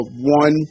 one